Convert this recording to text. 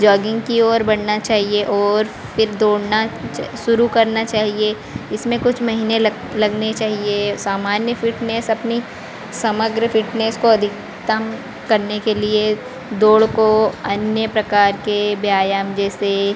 jogging की और बढ़ना चाहिए और फिर दौड़ना शुरू करना चाहिए इसमें कुछ महीने लग लगने चाहिए सामान्य फ़िटनेस अपनी समग्र फ़िटनेस को अधिकतम करने के लिए दौड़ को अन्य प्रकार के व्यायाम जैसे